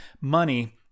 money